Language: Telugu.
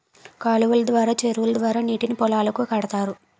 కాలువలు ద్వారా చెరువుల ద్వారా నీటిని పొలాలకు కడతారు